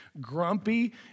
grumpy